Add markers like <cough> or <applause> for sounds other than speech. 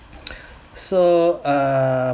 <noise> so err